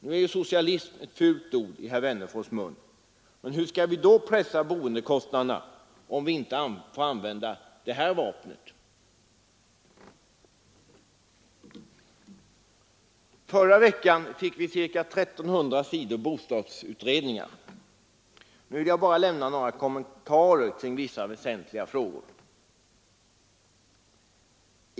Nu är socialism ett fult ord i herr Wennerfors” mun, men hur skall vi kunna pressa bostadskostnaderna om vi inte får använda detta vapen? Förra veckan fick vi ca 1 300 sidor bostadsutredning. Nu vill jag bara lämna några kommentarer kring vissa väsentliga frågor.